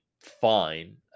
fine